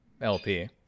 LP